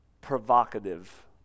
provocative